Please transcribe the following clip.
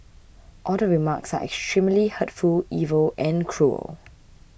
all the remarks are extremely hurtful evil and cruel